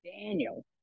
Daniel